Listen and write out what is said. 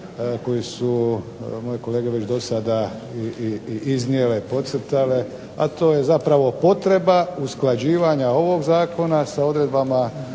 koji su moji kolege već do sada i iznijele i podcrtale, a to je zapravo potreba usklađivanja ovog zakona, sa odredbama